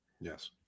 Yes